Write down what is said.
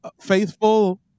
faithful